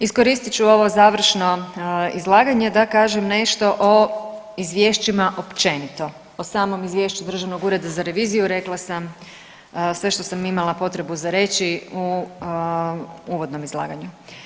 Iskoristit ću ovo završno izlaganje da kažem nešto o izvješćima općenito, o samom izvješću državnog ureda za reviziju rekla sam sve što sam imala potrebu za reći u uvodnom izlaganju.